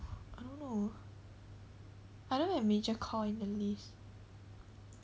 I don't know I don't even have major core in the list